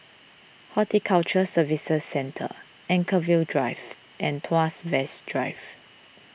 Horticulture Services Centre Anchorvale Drive and Tuas West Drive